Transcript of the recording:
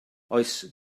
oes